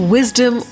Wisdom